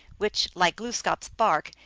which, like glooskap s bark,